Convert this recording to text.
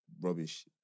rubbish